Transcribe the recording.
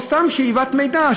או סתם שאיבת מידע,